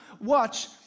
watch